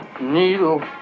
needle